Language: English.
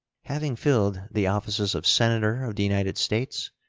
having filled the offices of senator of the united states,